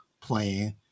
playing